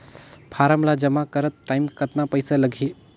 Form ला जमा करत टाइम कतना पइसा लगही?